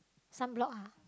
sunblock ah